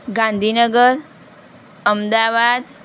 Gandhinagar Ahmedabad